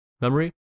memory